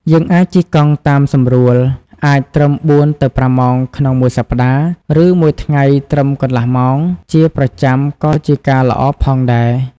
យើងអាចជិះកង់តាមសម្រួល អាចត្រឹម ៤ ទៅ ៥ម៉ោង ក្នុងមួយសប្ដាហ៍ ឬមួយថ្ងៃត្រឹមកន្លះម៉ោង ជាប្រចាំក៏ជាការល្អផងដែរ។